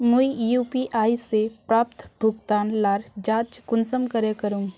मुई यु.पी.आई से प्राप्त भुगतान लार जाँच कुंसम करे करूम?